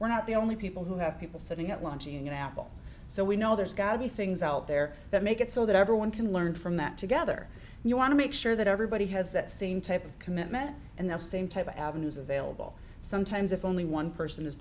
we're not the only people who have people sitting at launching an apple so we know there's got be things out there that make it so that everyone can learn from that together and you want to make sure that everybody has that same type of commitment and the same type of avenues available sometimes if only one person is